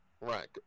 Right